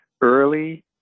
early